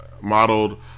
modeled